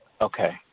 Okay